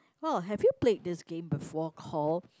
well have you played this game before call